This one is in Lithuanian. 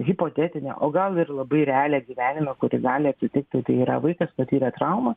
hipotetinę o gal ir labai realią gyvenime kuri gali atsitikti tai yra vaikas patyrė traumą